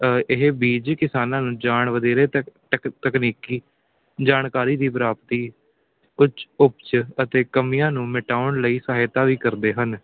ਇਹ ਬੀਜ ਕਿਸਾਨਾਂ ਨੂੰ ਜਾਣ ਵਧੇਰੇ ਤਕ ਤਕ ਤਕਨੀਕੀ ਜਾਣਕਾਰੀ ਦੀ ਪ੍ਰਾਪਤੀ ਕੁਝ ਉਪਜ ਅਤੇ ਕਮੀਆਂ ਨੂੰ ਮਿਟਾਉਣ ਲਈ ਸਹਾਇਤਾ ਵੀ ਕਰਦੇ ਹਨ